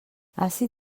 ací